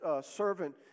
servant